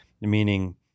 meaning